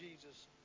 Jesus